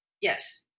Yes